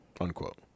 Unquote